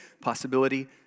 possibility